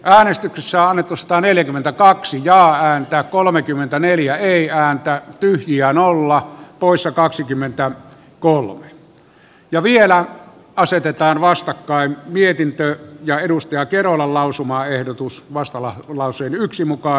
äänestyksessä annetuista neljäkymmentäkaksi ja häntä kolmekymmentäneljä ei ääntä tyhjään olla poissa kaksikymmentä kolme ja vielä asetetaan vastakkain viestintä ja edusti acerola lausumaehdotus vastaavan lauseen yksi lausumaehdotuksista